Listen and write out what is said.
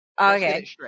Okay